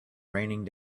raining